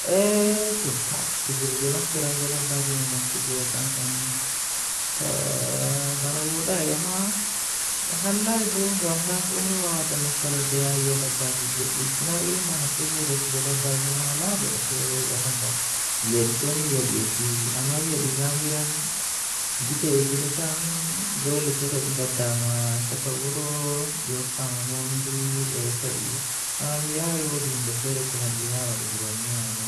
Nafuuji be soinde nafuuji alaata komoi be komoi andi ma Ko goɗɗum waɗi nafa e famɗude woni ɗum o waɗi aɗa waɗi faabugol yimɓe e cuɓoraaji ngal. Ko waɗata mi faamude ko yimɓe njogii aɗa waawugol waɗde ndeeɗe, ngona waɗata miɗo waɗde faamugol. Aɗa waawataa nder ɗum miɗo waɗde ɗum aɗa waɗi waɗde haɓaade ɓe e cuɓi.